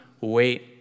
wait